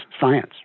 science